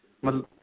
ਮਤਲਬ